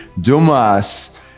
Dumas